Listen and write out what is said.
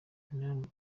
bermude